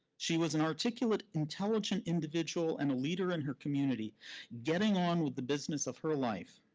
she was an articulate, intelligent individual and a leader in her community getting on with the business of her life,